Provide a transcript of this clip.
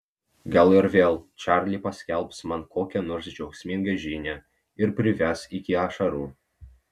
gal ir vėl čarli paskelbs man kokią nors džiaugsmingą žinią ir prives iki ašarų